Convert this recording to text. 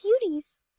beauties